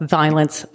violence